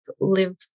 live